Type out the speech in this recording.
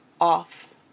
off